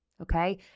Okay